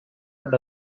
and